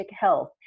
health